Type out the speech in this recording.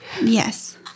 Yes